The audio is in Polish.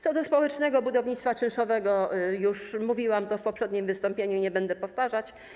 Co do społecznego budownictwa czynszowego już mówiłam to w poprzednim wystąpieniu i nie będę powtarzać.